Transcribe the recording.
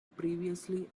previously